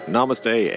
Namaste